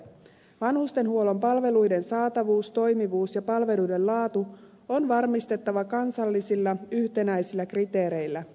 vanhustenhuollon palveluiden saatavuus toimivuus ja laatu on varmistettava kansallisilla yhtenäisillä kriteereillä